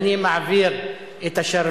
אני רוצה לומר לך,